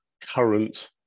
current